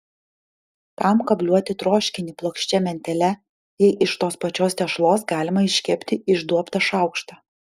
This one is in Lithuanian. kam kabliuoti troškinį plokščia mentele jei iš tos pačios tešlos galima iškepti išduobtą šaukštą